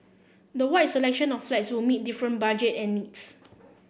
the wide selection of flats will meet different budget and needs